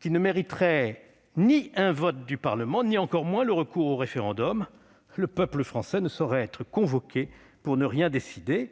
qui ne mériterait ni un vote du Parlement ni, encore moins, le recours au référendum. Le peuple français ne saurait être convoqué pour ne rien décider.